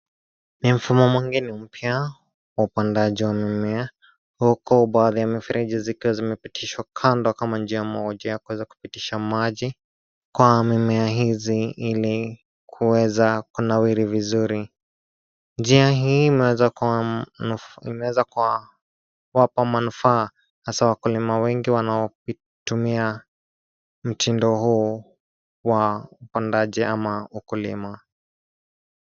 Ni mfumo mwingine mpya, wa upandaji wa mimea huko baadhi ya mifereji zikiwa zimepitishwa kando kama njia moja ya kuweza kupitisha maji kwa mimea hizi ili kuweza kunawiri vizuri. Njia hii inaweza kuwa kwa manufaa hasa wakulima wengi wanaotumia mfumo huu wa upandaji ama wa ukulima.